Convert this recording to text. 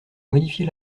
modifier